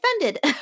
offended